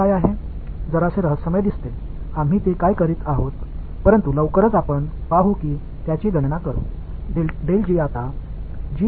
கொஞ்சம் மர்மமாக இருக்கிறதா நாம் ஏன் இதைச் செய்கிறோம் என்பதை விரைவில் பார்ப்போம் இதை நான் கணக்கிடுகிறேன்